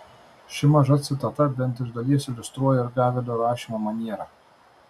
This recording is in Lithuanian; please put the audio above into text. ši maža citata bent iš dalies iliustruoja ir gavelio rašymo manierą